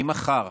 ממחר